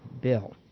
bill